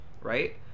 right